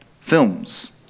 films